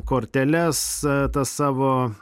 korteles tas savo